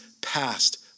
past